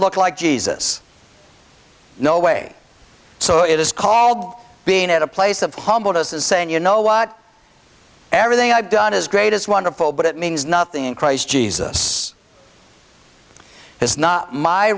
look like jesus no way so it is called being at a place of humbleness is saying you know what everything i've done is great is wonderful but it means nothing in christ jesus has not my